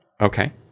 Okay